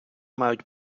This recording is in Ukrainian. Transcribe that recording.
мають